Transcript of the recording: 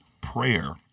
prayer